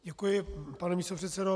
Děkuji, pane místopředsedo.